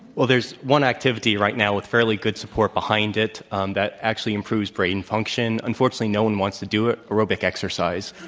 well, there's one activity right now with fairly good support behind it um that actually improves brain function. unfortunately, no one wants to do it, aerobic exercise.